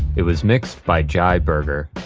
it was mixed by jai berger.